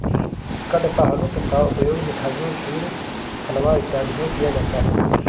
कडपहनुत का उपयोग मिठाइयों खीर हलवा इत्यादि में किया जाता है